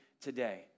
today